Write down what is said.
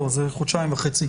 לא, זה חודשיים וחצי.